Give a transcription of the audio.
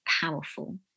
powerful